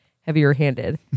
heavier-handed